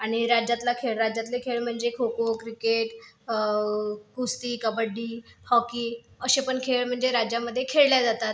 आणि राज्यातला खेळ राज्यातले खेळ म्हणजे खोखो क्रिकेट कुस्ती कबड्डी हॉकी असेपण खेळ म्हणजे राज्यामध्ये खेळल्या जातात